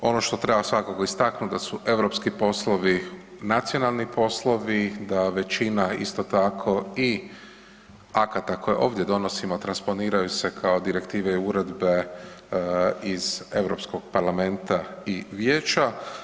Ono što treba svakako istaknut da su europski poslovi nacionalni poslovi, da većina isto tako i akata koje ovdje donosimo transponiraju se kao direktive i uredbe iz Europskog parlamenta i vijeća.